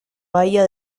bahía